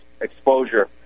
exposure